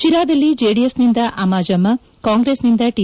ಶಿರಾದಲ್ಲಿ ಜೆಡಿಎಸ್ನಿಂದ ಅಮ್ಮಾಜಮ್ಲ ಕಾಂಗ್ರೆಸ್ನಿಂದ ಟಿ